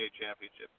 Championship